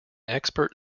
expert